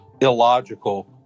illogical